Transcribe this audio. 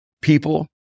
people